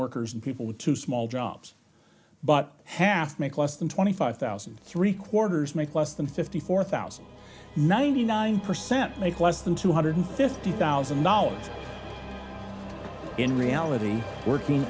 workers and people to small jobs but half make less than twenty five thousand and three quarters make less than fifty four thousand ninety nine percent make less than two hundred fifty thousand dollars in reality working